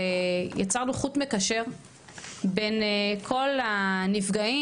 זה יצרנו חוט מקשר בין כל הנפגעים